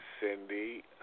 Cindy